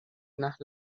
nach